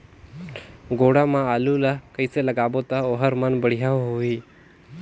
गोडा मा आलू ला कइसे लगाबो ता ओहार मान बेडिया होही?